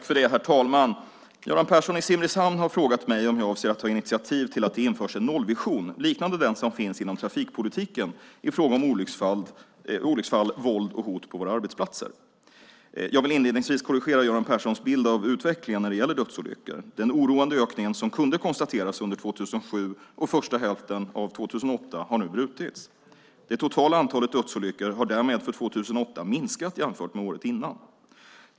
Herr talman! Göran Persson i Simrishamn har frågat mig om jag avser att ta initiativ till att det införs en nollvision, liknande den som finns inom trafikpolitiken, i fråga om olycksfall, våld och hot på våra arbetsplatser. Jag vill inledningsvis korrigera Göran Perssons bild av utvecklingen när det gäller dödsolyckor. Den oroande ökningen som kunde konstateras under 2007 och första hälften av 2008 har nu brutits. Det totala antalet dödsolyckor har därmed för 2008 minskat jämfört med året innan.